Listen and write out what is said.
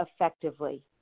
effectively